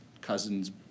cousins